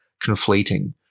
conflating